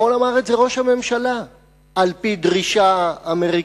אתמול אמר את זה ראש הממשלה על-פי דרישה אמריקנית,